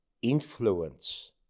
influence